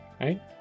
Right